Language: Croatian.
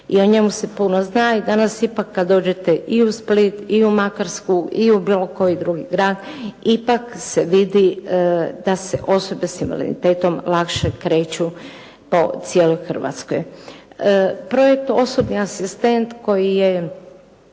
i o njemu se puno zna i danas ipak kad dođete i u Split i u Makarsku i u bilo koji drugi grad, ipak se vidi da se osobe s invaliditetom lakše kreću po cijeloj Hrvatskoj. Projekt "Osobni asistent" koji je